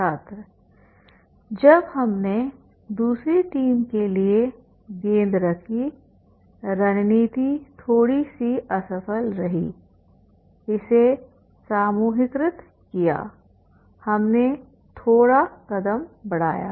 छात्र जब हमने दूसरी टीम के लिए गेंद रखी तो रणनीति थोड़ी सी असफल रही इसे समूहीकृत किया हमने थोड़ा कदम बढ़ाया